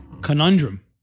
conundrum